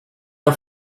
the